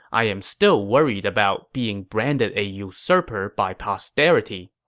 i'm still worried about being branded a usurper by posterity.